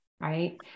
Right